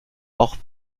auch